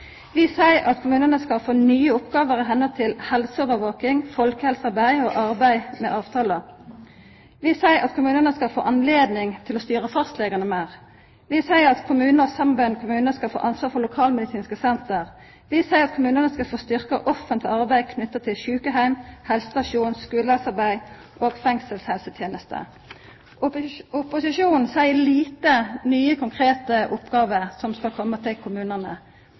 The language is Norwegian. Vi seier at kommunane skal få nye oppgåver når det gjeld helseovervaking, folkehelsearbeid og arbeid med avtalar. Vi seier at kommunane skal få høve til å styra fastlegane meir. Vi seier at samarbeidande kommunar skal få ansvaret for lokalmedisinske senter. Vi seier at kommunane skal få styrkt offentleg arbeid knytt til sjukeheim, helsestasjon, skulehelsearbeid og fengselshelseteneste. Opposisjonen seier lite om nye, konkrete oppgåver som skal koma til kommunane,